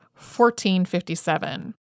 1457